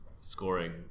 scoring